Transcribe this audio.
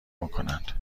میکنند